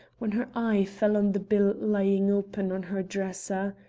when her eye fell on the bill lying open on her dresser.